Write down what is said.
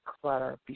clutter